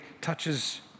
touches